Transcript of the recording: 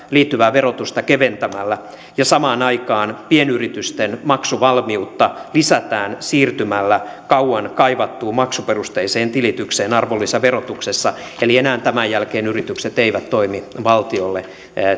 liittyvää verotusta keventämällä ja samaan aikaan pienyritysten maksuvalmiutta lisätään siirtymällä kauan kaivattuun maksuperusteiseen tilitykseen arvonlisäverotuksessa eli enää tämän jälkeen yritykset eivät toimi valtiolle